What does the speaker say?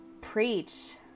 preach